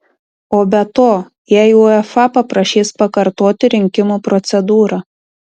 o be to jei uefa paprašys pakartoti rinkimų procedūrą